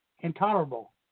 intolerable